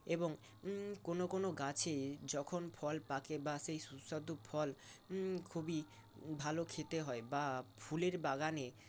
এবং কোন কোন গাছে যখন ফল পাকে বা সেই সুস্বাদু ফল খুবই ভালো খেতে হয় বা ফুলের বাগানে